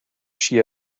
she